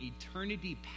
eternity